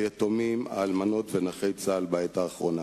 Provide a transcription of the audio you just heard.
היתומים, האלמנות ונכי צה"ל בעת האחרונה.